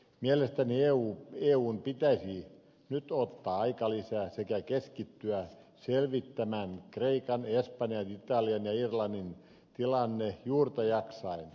mielestäni eun pitäisi nyt ottaa aikalisä sekä keskittyä selvittämään kreikan espanjan italian ja irlannin tilanne juurta jaksain